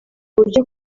buryo